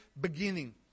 beginning